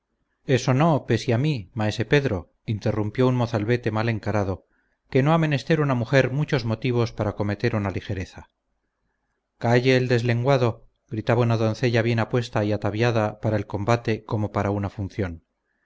eso no pesia a mí maese pedro interrumpió un mozalbete mal encarado que no ha menester una mujer muchos motivos para cometer una ligereza calle el deslenguado gritaba una doncella bien apuesta y ataviada para el combate como para una función